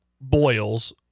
boils